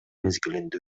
мезгилинде